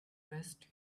vest